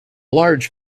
large